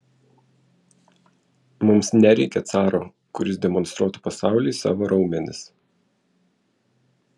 mums nereikia caro kuris demonstruotų pasauliui savo raumenis